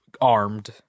armed